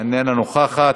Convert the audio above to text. איננה נוכחת.